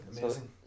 amazing